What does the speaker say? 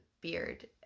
beard